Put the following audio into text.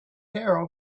care